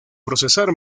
procesar